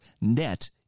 net